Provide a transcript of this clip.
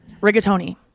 Rigatoni